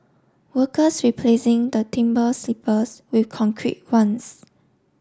workers replacing the timber sleepers with concrete ones